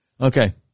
Okay